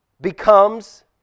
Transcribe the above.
becomes